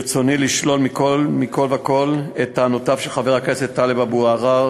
ברצוני לשלול מכול וכול את טענותיו של חבר הכנסת טלב אבו עראר